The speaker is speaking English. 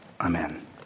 Amen